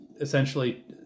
essentially